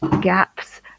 gaps